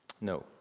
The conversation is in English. No